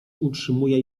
utrzymuje